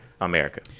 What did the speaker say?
America